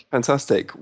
Fantastic